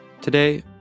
Today